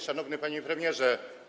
Szanowny Pani Premierze!